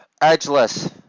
Edgeless